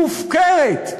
מופקרת,